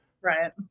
right